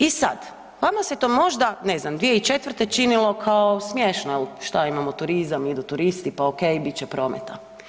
I sad, vama se to možda, ne znam, 2004. činilo kao smiješno jel, šta imamo turizam, idu turisti, pa okej bit će prometa.